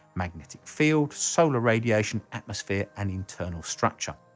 magnetic field, solar radiation, atmosphere and internal structure.